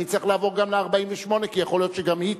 אני צריך לעבור גם ל-48 כי יכול להיות שגם היא תתקבל.